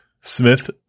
Smith